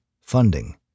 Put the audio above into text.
funding